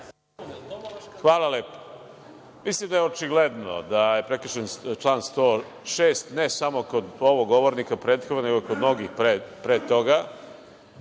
Hvala lepo. Mislim da je očigledno da je prekršen član 106, ne samo kod ovog govornika, nego kod mnogih pre toga.